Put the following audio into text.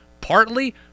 Partly